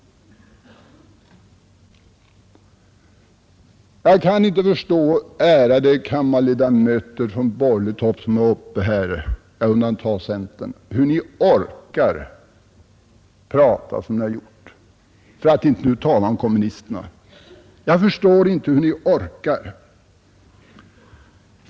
Jag kan inte förstå, ärade kammarledamöter från borgerligt håll som varit uppe här — jag undantar centern — hur ni orkar prata som ni gjort. För att nu inte tala om kommunisterna! Jag förstår inte hur ni orkar!